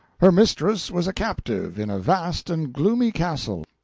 her mistress was a captive in a vast and gloomy castle,